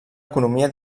economia